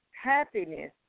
happiness